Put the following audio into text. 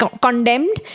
condemned